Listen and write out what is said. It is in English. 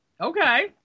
Okay